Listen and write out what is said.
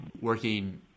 working